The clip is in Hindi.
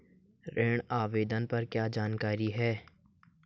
ऋण आवेदन पर क्या जानकारी है?